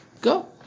Go